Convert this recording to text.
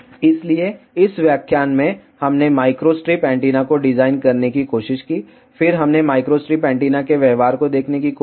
इसलिए इस व्याख्यान में हमने माइक्रोस्ट्रिप एंटीना को डिजाइन करने की कोशिश की फिर हमने माइक्रोस्ट्रिप एंटीना के व्यवहार को देखने की कोशिश की